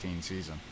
season